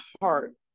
heart